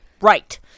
right